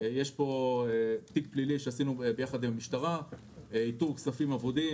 פה למשל תיק פלילי שעשינו ביחד עם המשטרה על איתור כספים אבודים.